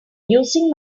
using